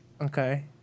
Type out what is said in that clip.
Okay